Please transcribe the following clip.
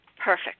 Perfect